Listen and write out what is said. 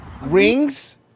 Rings